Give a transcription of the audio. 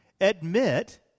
Admit